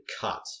cut